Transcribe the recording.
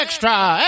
Extra